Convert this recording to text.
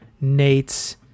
Nate's